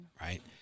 right